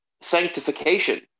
sanctification